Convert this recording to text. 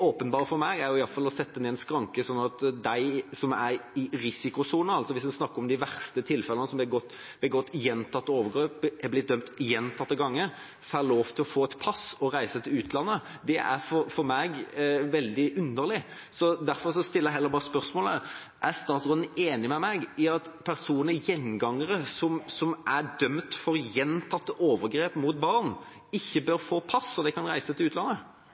åpenbare for meg er iallfall å sette ned en skranke sånn at de som er i risikosonen – da snakker vi om de verste tilfellene, de som har begått gjentatte overgrep og blitt dømt gjentatte ganger – ikke får lov til å få et pass og reise til utlandet. Det er for meg veldig underlig. Derfor stiller jeg heller bare spørsmålet: Er statsråden enig med meg i at gjengangere, personer som er dømt for gjentatte overgrep mot barn, ikke bør få pass sånn at de kan reise til utlandet?